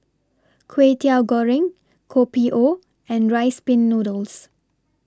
Kway Teow Goreng Kopi O and Rice Pin Noodles